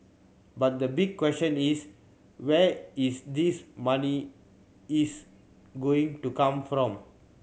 but the big question is where is this money is going to come from